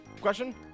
question